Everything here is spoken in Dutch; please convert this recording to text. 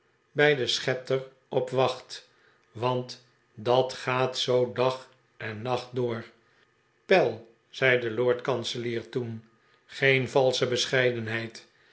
bij den schepter op wacht want dat gaat zoo dag en nacht door pell zei de lord kanselier toen geen valsche bescheidenheid